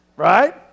Right